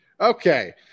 okay